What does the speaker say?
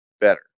better